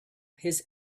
his